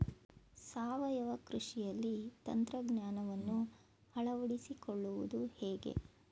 ಸಾವಯವ ಕೃಷಿಯಲ್ಲಿ ತಂತ್ರಜ್ಞಾನವನ್ನು ಅಳವಡಿಸಿಕೊಳ್ಳುವುದು ಹೇಗೆ?